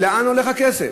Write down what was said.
לאן הולך הכסף?